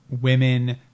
women